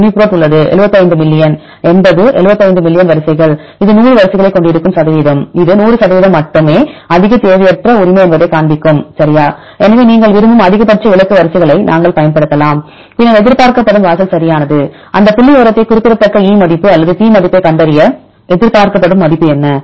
UniProt உள்ளது 75 million 80 75 million வரிசைகள் இது 100 வரிசைகளைக் கொண்டிருக்கும் சதவிகிதம் இது 100 சதவிகிதம் மட்டுமே அதிக தேவையற்ற உரிமை என்பதைக் காண்பிக்கும் சரியா எனவே நீங்கள் விரும்பும் அதிகபட்ச இலக்கு வரிசைகளை நாங்கள் பயன்படுத்தலாம் பின்னர் எதிர்பார்க்கப்படும் வாசல் சரியானது இந்த புள்ளிவிவரத்தை குறிப்பிடத்தக்க E மதிப்பு அல்லது P மதிப்பைக் கண்டறிய எதிர்பார்க்கப்படும் மதிப்பு என்ன